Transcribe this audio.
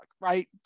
right